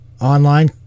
Online